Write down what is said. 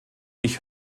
ich